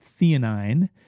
theanine